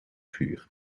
vuur